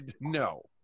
No